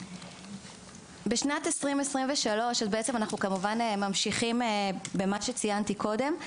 בשנת 2023 אנחנו ממשיכים במה שציינתי קודם,